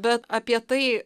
bet apie tai